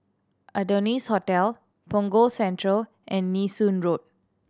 Adonis Hotel Punggol Central and Nee Soon Road